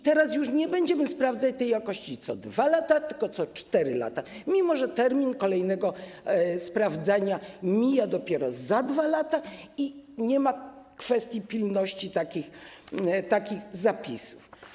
Teraz nie będziemy już sprawdzać tej jakości co 2 lata, tylko co 4 lata, mimo że termin kolejnego sprawdzenia mija dopiero za 2 lata i nie ma kwestii pilności takich zapisów.